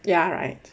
ya right